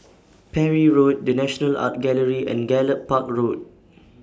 Parry Road The National Art Gallery and Gallop Park Road